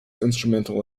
instrumental